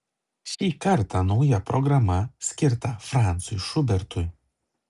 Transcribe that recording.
šį kartą nauja programa skirta francui šubertui